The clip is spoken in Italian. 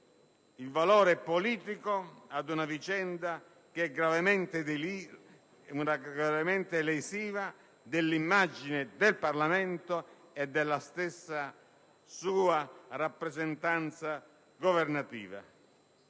valore politico ad una vicenda che è gravemente lesiva dell'immagine del Parlamento e della stessa sua rappresentanza governativa.